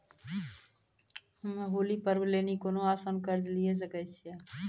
हम्मय होली पर्व लेली कोनो आसान कर्ज लिये सकय छियै?